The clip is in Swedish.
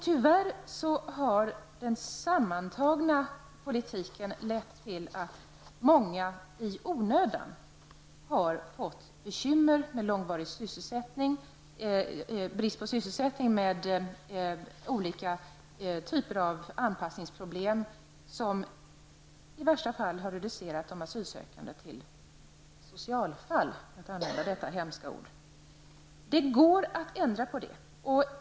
Tyvärr har vår mottagningspolitik lett till att många i onödan har fått bekymmer med långvarig brist på sysselsättning, med olika typer av anpassningsproblem, som i värsta fall reducerat de asylsökande till socialfall -- för att använda detta hemska ord. Detta kan man ändra på.